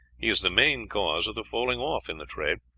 he is the main cause of the falling off in the trade,